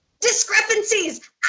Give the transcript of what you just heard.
discrepancies